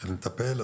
מתחילים לטפל.